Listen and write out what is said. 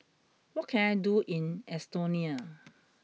what can I do in Estonia